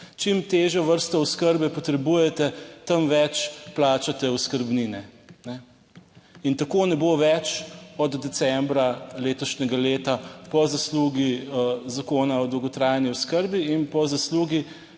Čim težjo vrsto oskrbe potrebujete, tem več plačate oskrbnine. In tako ne bo več od decembra letošnjega leta. Po zaslugi Zakona o dolgotrajni oskrbi in po zaslugi